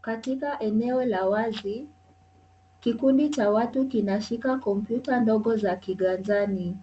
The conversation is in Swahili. Katika eneo la wazi kikundi cha watu kinashika kompyuta ndogo za kiganjani.